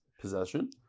possession